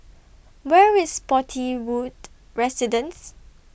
Where IS Spottiswoode Residences